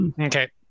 Okay